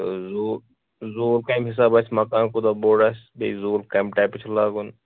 ٲ زُو زوٗل کمہِ حسابہٕ آسہِ مکان کوتاہ بوٚڑ آسہِ بیٚیہِ زوٗل کمہِ ٹایپہٕ چھُ لاگُن